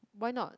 why not